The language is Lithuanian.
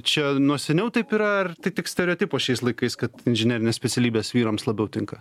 čia nuo seniau taip yra ar tai tik stereotipas šiais laikais kad inžinerinės specialybės vyrams labiau tinka